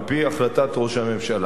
על-פי החלטת ראש הממשלה.